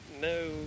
no